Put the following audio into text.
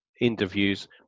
interviews